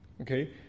Okay